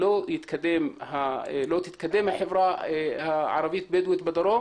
לא תתקדם החברה הערבית-בדואית בדרום